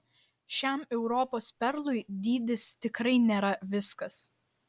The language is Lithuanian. šiam europos perlui dydis tikrai nėra viskas